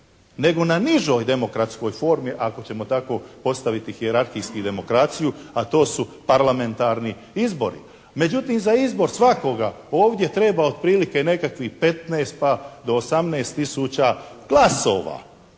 nego na nižoj demokratskoj formi ako ćemo tako postaviti hijerarhijski demokraciju a to su parlamentarni izbori. Međutim, za izbor svakoga ovdje treba otprilike nekakvih 15 pa do 18 tisuća glasova